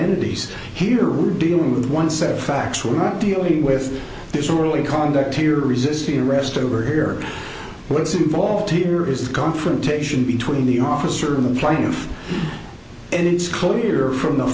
entities here we're dealing with one set of facts we're not dealing with this really conduct here resisting arrest over here what is involved here is a confrontation between the officer and the plaintiff and it's clear from the